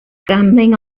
scrambling